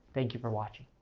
thank you for watching.